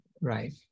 Right